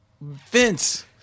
Vince